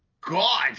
God